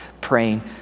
praying